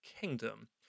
Kingdom